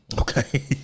Okay